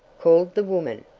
called the woman.